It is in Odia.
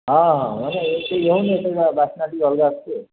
ହଁ ହଁ ମାନ ଏଇଠି ହଉନି ଏ ସେଇଟା ବାସ୍ନା ଟିକେ ଅଲଗା ଆସୁଛି ଆଉ